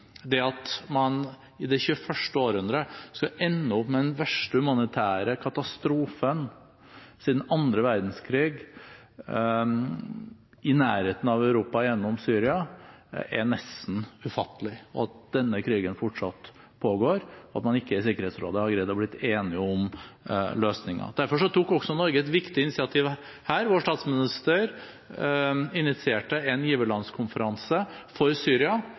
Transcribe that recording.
Det at man i det 21. århundret skulle ende opp med den verste humanitære katastrofen siden annen verdenskrig, i nærheten av Europa gjennom Syria, er nesten ufattelig – og at denne krigen fortsatt pågår, at man i Sikkerhetsrådet ikke har greid å bli enige om løsninger. Derfor tok Norge et viktig initiativ også her. Vår statsminister initierte en giverlandskonferanse for Syria